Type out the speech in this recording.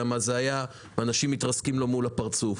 ואנשים מתרסקים לו מול הפרצוף.